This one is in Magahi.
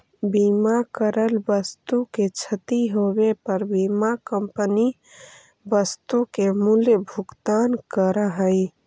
बीमा करल वस्तु के क्षती होवे पर बीमा कंपनी वस्तु के मूल्य भुगतान करऽ हई